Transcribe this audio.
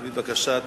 על-פי בקשת